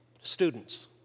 Students